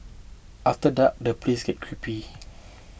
after dark the place get creepy